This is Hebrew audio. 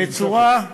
בצורה,